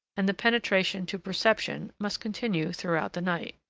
and the penetration to perception must continue throughout the night.